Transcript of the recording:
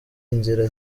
inzira